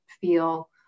feel